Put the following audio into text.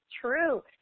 true